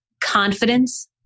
confidence